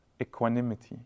equanimity